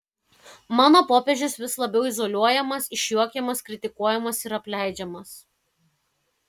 mano popiežius vis labiau izoliuojamas išjuokiamas kritikuojamas ir apleidžiamas